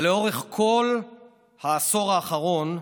ולאורך כל העשור האחרון,